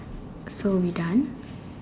so we done